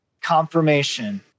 confirmation